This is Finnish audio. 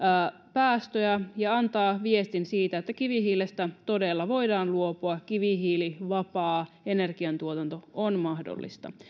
päästöjä ja antaa viestin siitä että kivihiilestä todella voidaan luopua ja kivihiilivapaa energiantuotanto on mahdollista